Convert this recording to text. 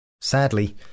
Sadly